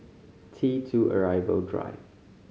T Two Arrival Drive